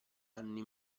anni